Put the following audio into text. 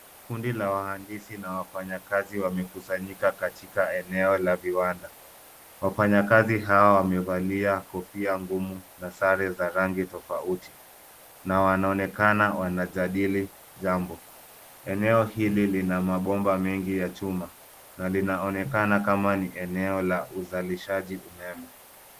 Kundi la waandisi na wafanya kazi wamekusanyika katika eneo la viwanda. Wafanyakazi hawa wamevalia kofia ngumu na sare za rangi tofauti, na wanaonekana wanajadili jambo. Eneo hili lina mabomba mengi ya chuma na linaonekana kama ni eneo la uzalishaji umeme.